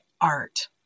art